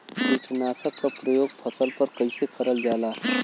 कीटनाशक क प्रयोग फसल पर कइसे करल जाला?